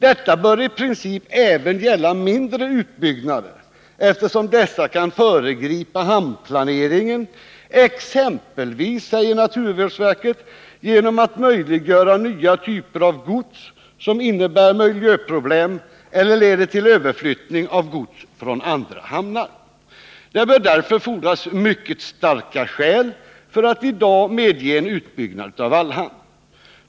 Detta bör i princip även gälla mindre utbyggnader, eftersom dessa kan föregripa hamnplaneringen, exempelvis genom att möjliggöra nya typer av gods som innebär miljöproblem eller leder till överflyttning av gods från andra hamnar. Det bör därför fordras mycket starka skäl för att i dag medge en utbyggnad av Vallhamn.